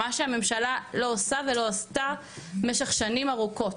מה שהממשלה לא עושה ולא עשתה במשך שנים ארוכות,